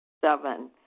Seven